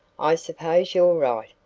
i suppose you're right,